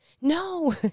no